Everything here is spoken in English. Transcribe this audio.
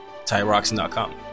TyRoxin.com